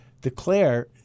declare